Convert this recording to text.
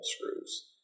screws